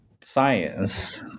science